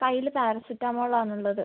കയ്യില് പാരസിറ്റമോളാണ് ഉള്ളത്